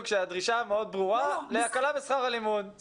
שהדרישה מאוד ברורה להקלה בשכר הלימוד.